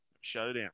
Showdown